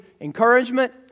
encouragement